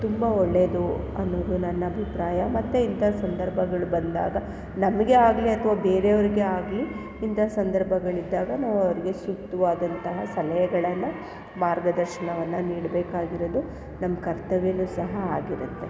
ತುಂಬ ಒಳ್ಳೆಯದು ಅನ್ನೋದು ನನ್ನ ಅಭಿಪ್ರಾಯ ಮತ್ತೆ ಇಂಥ ಸಂದರ್ಭಗಳು ಬಂದಾಗ ನನಗೆ ಆಗಲಿ ಅಥ್ವಾ ಬೇರೆಯವರಿಗೆ ಆಗಲಿ ಇಂಥ ಸಂದರ್ಭಗಳಿದ್ದಾಗ ನಾವು ಅವರಿಗೆ ಸೂಕ್ತವಾದಂತಹ ಸಲಹೆಗಳನ್ನು ಮಾರ್ಗದರ್ಶನವನ್ನು ನೀಡಬೇಕಾಗಿರೋದು ನಮ್ಮ ಕರ್ತವ್ಯವೂ ಸಹ ಆಗಿರುತ್ತೆ